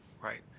right